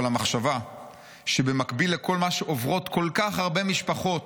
אבל המחשבה שבמקביל לכל מה שעוברות כל כך הרבה משפחות,